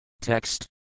Text